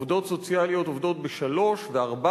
עובדות סוציאליות עובדות בשלוש וארבע